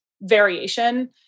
variation